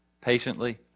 patiently